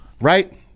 right